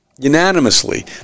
Unanimously